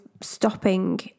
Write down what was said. stopping